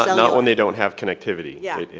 but not when they don't have connectivity. yeah, yeah